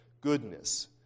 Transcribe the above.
goodness